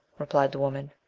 replied the woman.